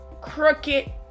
crooked